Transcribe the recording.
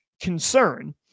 concern